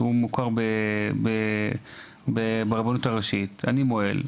שהם מוכרים ברבנות הראשית: אני מוהל,